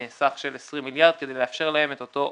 לסך של 20 מיליארד כדי לאפשר להם את אותו אופק,